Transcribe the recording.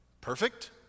perfect